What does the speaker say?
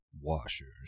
washers